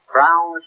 Brown